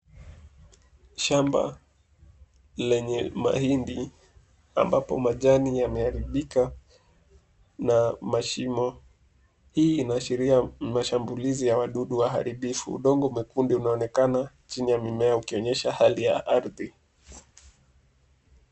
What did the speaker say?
Shamba lenye mahindi, ambapo majani yameharibika na mashimo. Hii inashiria mashambulizi ya wadudu waharibifu. Udongo mwekundu unaonekana chini ya mimea ukionyesha hali ya ardhi.